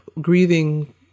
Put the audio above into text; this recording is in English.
grieving